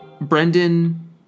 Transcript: Brendan